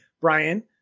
Brian